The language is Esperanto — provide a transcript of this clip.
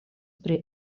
pri